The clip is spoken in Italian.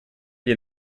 gli